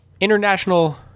International